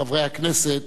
חברי הכנסת